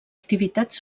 activitats